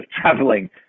traveling